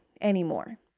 anymore